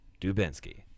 Dubinsky